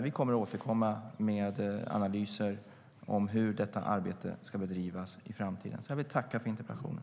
Vi kommer att återkomma med analyser av hur detta arbete ska bedrivas i framtiden. Jag vill tacka för interpellationen.